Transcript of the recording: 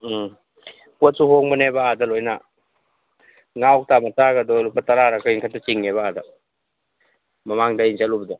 ꯎꯝ ꯄꯣꯠꯁꯨ ꯍꯣꯡꯕꯅꯦꯕ ꯑꯥꯗ ꯂꯣꯏꯅ ꯉꯥ ꯀꯧꯇ ꯃꯆꯥꯒꯗꯣ ꯂꯨꯄꯥ ꯇꯥꯔꯥꯔ ꯀꯩꯅꯣ ꯈꯛꯇ ꯆꯤꯡꯉꯦꯕ ꯑꯥꯗ ꯃꯃꯥꯡꯗ ꯑꯩꯅ ꯆꯠꯂꯨꯕꯗꯣ